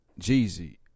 Jeezy